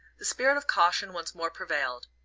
the spirit of caution once more prevailed.